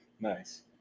Nice